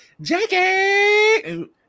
Jackie